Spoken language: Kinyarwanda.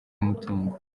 umutungo